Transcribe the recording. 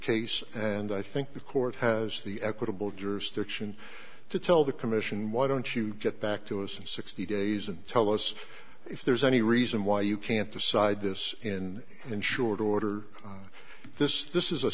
case and i think the court has the equitable jurisdiction to tell the commission why don't you get back to us in sixty days and tell us if there's any reason why you can't decide this in in short order this this is a